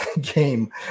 game